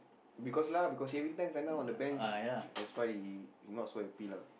because lah because everytime he kena on the bench that's why he not so happy lah